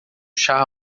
chá